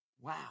wow